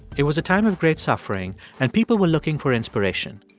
it was a time of great suffering, and people were looking for inspiration.